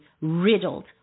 riddled